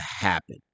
happen